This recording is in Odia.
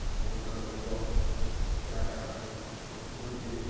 ବହୁତ ଲୋକ ସେଠାକାର ପ୍ରକୃତି